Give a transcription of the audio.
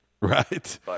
Right